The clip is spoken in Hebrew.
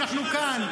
אנחנו כאן.